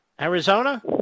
Arizona